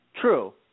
True